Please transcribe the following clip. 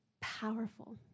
powerful